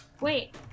Wait